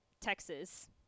Texas